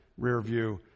rearview